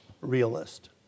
realist